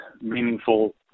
meaningful